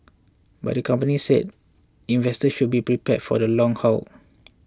but the company said investors should be prepared for the long haul